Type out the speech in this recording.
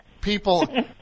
People